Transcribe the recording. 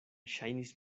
ŝajnis